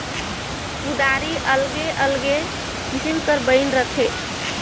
कुदारी अलगे अलगे किसिम कर बइन रहथे